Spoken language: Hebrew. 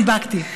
נדבקתי.